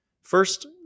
First